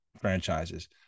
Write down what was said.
franchises